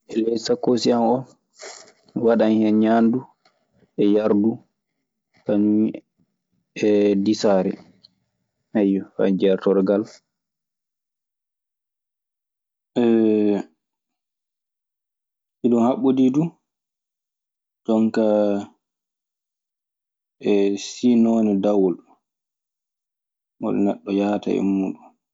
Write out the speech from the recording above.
E ley sakkoosi an oo, mi waɗan hen ñaandu e yardu kañun e disaare. Ayyo, faa jeertorogal iɗun haɓɓodii du jonkaa e sii noone dawol mo neɗɗo yaata e muuɗun.